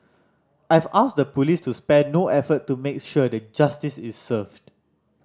I've asked the police to spare no effort to make sure that justice is served